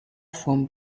from